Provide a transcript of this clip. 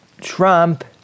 Trump